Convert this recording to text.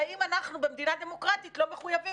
והאם אנחנו במדינה דמוקרטית לא מחויבים